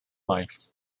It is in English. life